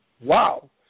wow